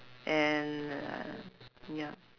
and uh ya